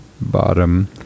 bottom